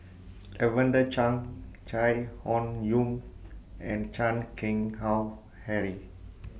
Lavender Chang Chai Hon Yoong and Chan Keng Howe Harry